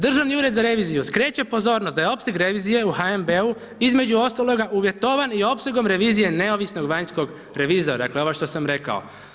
Državni ured za reviziju skreće pozornost da je opseg revizije u HNB-u između ostaloga uvjetovan i opsegom revizije neovisnog vanjskog revizora, dakle ovo što sam rekao.